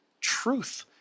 truth